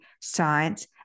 science